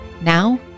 Now